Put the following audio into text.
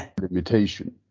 limitation